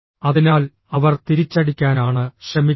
അതിനാൽ അവർ തിരിച്ചടിക്കാനാണ് ശ്രമിക്കുക